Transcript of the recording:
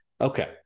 Okay